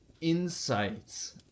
insights